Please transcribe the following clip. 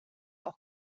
auch